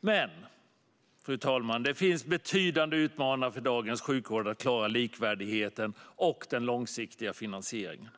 Men, fru talman, det finns betydande utmaningar för dagens sjukvård när det gäller att klara likvärdigheten och den långsiktiga finansieringen.